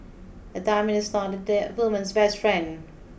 a diamond is not the woman's best friend